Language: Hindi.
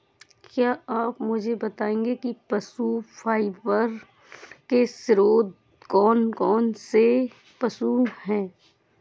क्या आप मुझे बताएंगे कि पशु फाइबर के स्रोत कौन कौन से पशु हैं?